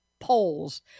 polls